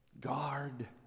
Guard